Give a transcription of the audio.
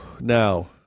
Now